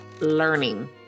learning